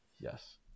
Yes